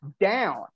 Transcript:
down